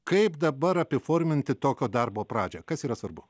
kaip dabar apiforminti tokio darbo pradžią kas yra svarbu